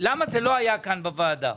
למה זה לא היה כאן בוועדה.